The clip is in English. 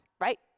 right